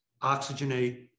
oxygenate